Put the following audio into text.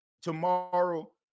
tomorrow